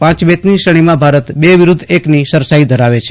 પાંચ મેચની શ્રેણી માં ભારત ર વિરૂધ્ધ અકની સરસાઈ ધરાવ છે